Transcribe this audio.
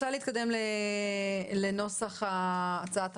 אני רוצה להתקדם להקראת נוסח התיקון,